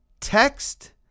text